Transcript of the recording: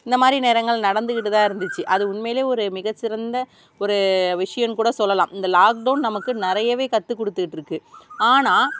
இந்த மாதிரி நேரங்கள் நடந்துக்கிட்டு தான் இருந்துச்சு அது உண்மையிலேயே ஒரு மிகச்சிறந்த ஒரு விஷயங்கூட சொல்லலாம் இந்த லாக்டவுன் நமக்கு நிறையவே கற்று கொடுத்துக்கிட்டுருக்கு ஆனால்